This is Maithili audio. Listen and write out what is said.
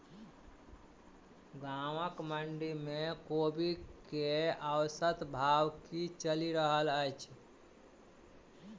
गाँवक मंडी मे कोबी केँ औसत भाव की चलि रहल अछि?